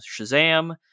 shazam